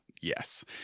yes